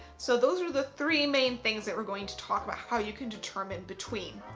so those are the three main things that we're going to talk about how you can determine between.